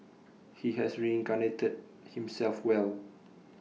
he has reincarnated himself well